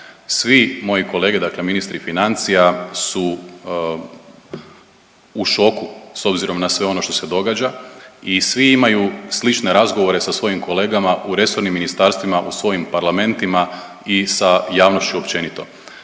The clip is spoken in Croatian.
Svi moji kolege, dakle ministri financija su u šoku s obzirom na sve ono što se događa i svi imaju slične razgovore sa svojim kolegama u resornim ministarstvima u svojim parlamentima i sa javnošću općenito.